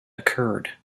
occurred